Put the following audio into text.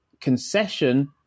concession